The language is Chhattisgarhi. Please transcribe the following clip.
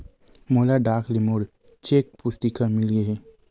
मोला डाक ले मोर चेक पुस्तिका मिल गे हे